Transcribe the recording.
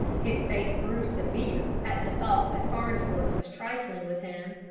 his face grew severe at the thought that farnsworth was trifling with him.